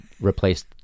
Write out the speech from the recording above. replaced